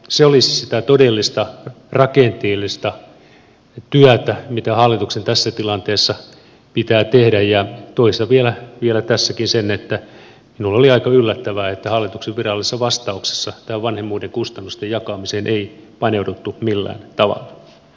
se olisi sitä todellista rakenteellista työtä mitä hallituksen tässä tilanteessa pitää tehdä ja toistan vielä tässäkin sen että minulle oli aika yllättävää että hallituksen virallisessa vastauksessa tähän vanhemmuuden kustannusten jakamiseen ei paneuduttu millään tavalla